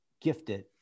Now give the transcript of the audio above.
gifted